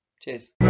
Cheers